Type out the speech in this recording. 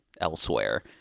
elsewhere